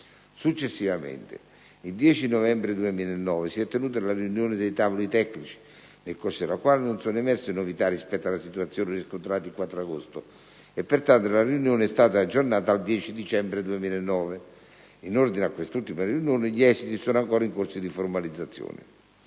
Successivamente, il 10 novembre 2009, si è tenuta la riunione dei tavoli tecnici, nel corso della quale non sono emerse novità rispetto alla situazione riscontrata il 4 agosto e, pertanto, la riunione è stata aggiornata al 10 dicembre 2009. In ordine a quest'ultima riunione, gli esiti sono ancora in corso di formalizzazione.